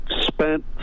spent